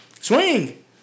Swing